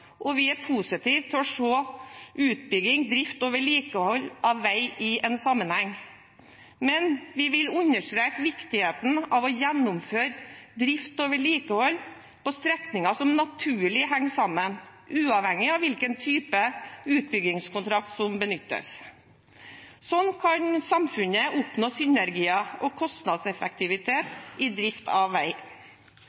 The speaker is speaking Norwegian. og vi er positive til å se utbygging, drift og vedlikehold av vei i en sammenheng. Men vi vil understreke viktigheten av å gjennomføre drift og vedlikehold på strekninger som naturlig henger sammen, uavhengig av hvilken type utbyggingskontrakt som benyttes. Slik kan samfunnet oppnå synergier og kostnadseffektivitet